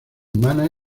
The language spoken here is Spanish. humana